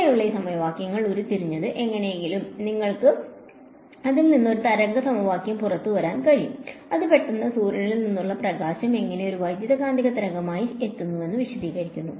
അങ്ങനെയാണ് ഈ സമവാക്യങ്ങൾ ഉരുത്തിരിഞ്ഞത് എങ്ങനെയെങ്കിലും നിങ്ങൾക്ക് അതിൽ നിന്ന് ഒരു തരംഗ സമവാക്യം പുറത്തുവരാൻ കഴിയും അത് പെട്ടെന്ന് സൂര്യനിൽ നിന്നുള്ള പ്രകാശം എങ്ങനെ ഒരു വൈദ്യുതകാന്തിക തരംഗമായി എത്തുന്നുവെന്ന് വിശദീകരിക്കുന്നു